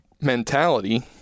mentality